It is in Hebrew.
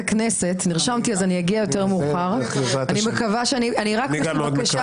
חבר הכנסת נאור שירי, תן לו, בבקשה, לדבר.